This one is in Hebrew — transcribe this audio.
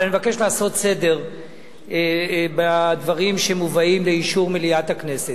אבל אני מבקש לעשות סדר בדברים שמובאים לאישור מליאת הכנסת.